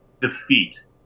defeat